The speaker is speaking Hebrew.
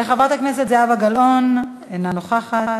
חברת הכנסת זהבה גלאון, אינה נוכחת,